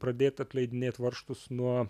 pradėt atleidinėt varžtus nuo